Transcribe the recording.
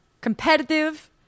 competitive